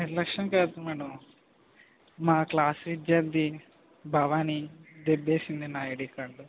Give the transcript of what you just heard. నిర్లక్ష్యం కాదు మేడం మా క్లాస్ విద్యార్థి భవాని దొబ్బేసింది నా ఐడి కార్డు